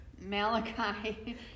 Malachi